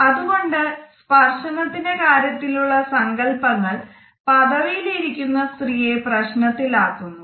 അതുകൊണ്ട് സ്പർശനത്തിന്റെ കാര്യത്തിലുള്ള സങ്കല്പങ്ങൾ പദവിയിൽ ഇരിക്കുന്ന സ്ത്രീയെ പ്രശ്നത്തിൽ ആക്കുന്നു